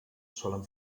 solen